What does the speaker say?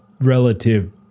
relative